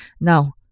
Now